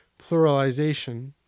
Pluralization